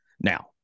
Now